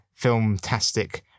Filmtastic